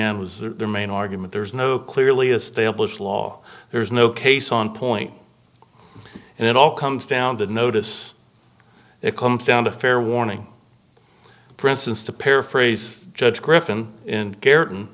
end was their main argument there is no clearly established law there's no case on point and it all comes down to notice it comes down to fair warning for instance to paraphrase judge griffin